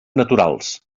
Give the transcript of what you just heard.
naturals